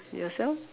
yourself